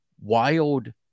wild